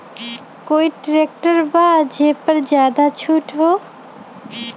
कोइ ट्रैक्टर बा जे पर ज्यादा छूट हो?